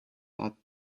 are